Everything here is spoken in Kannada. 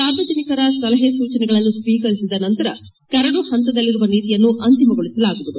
ಸಾರ್ವಜನಿಕರ ಸಲಹೆ ಸೂಚನೆಗಳನ್ನು ಸ್ವೀಕರಿಸಿದ ನಂತರ ಕರಡು ಹಂತದಲ್ಲಿರುವ ನೀತಿಯನ್ನು ಅಂತಿಮಗೊಳಿಸಲಾಗುವುದು